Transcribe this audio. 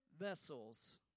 vessels